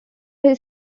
his